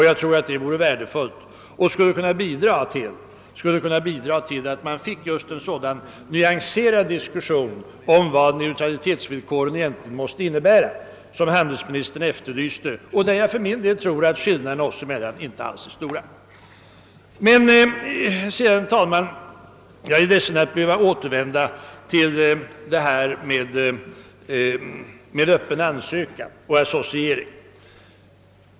Jag tror det vore värdefullt om man gjorde på detta sätt — det skulle kunna bidra till att vi fick just en sådan nyanserad diskussion t.ex. om vad = neutralitetsvillkoren egentligen måste innebära som handelsministern efterlyste. Jag tror att åsiktsskillnaderna oss emellan därvidlag inte alls är stora. Jag är ledsen, herr talman, att behöva återvända till detta med öppen ansökan och associering.